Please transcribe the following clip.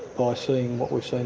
by seeing what we've